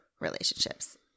relationships